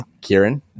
kieran